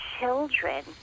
children